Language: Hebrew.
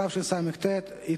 התשס"ט 2009,